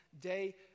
day